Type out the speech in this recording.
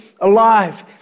alive